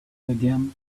again